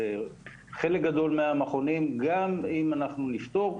בחלק גדול מהמכונים גם אם אנחנו נפטור,